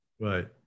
Right